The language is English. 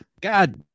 God